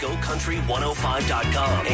GoCountry105.com